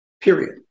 Period